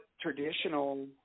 traditional